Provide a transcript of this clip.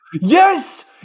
yes